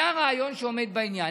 זה הרעיון שעומד בעניין.